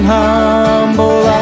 humble